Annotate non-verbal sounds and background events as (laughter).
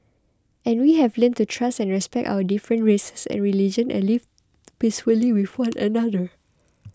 and we have learnt to trust and respect our different races and religions and live peace really full another (noise)